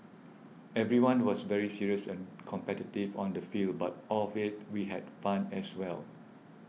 everyone was very serious and competitive on the field but off it we had fun as well